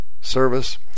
service